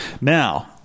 now